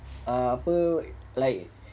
apa like